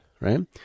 Right